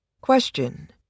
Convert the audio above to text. Question